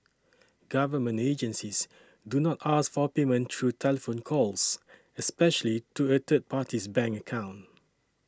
government agencies do not ask for payment through telephone calls especially to a third party's bank account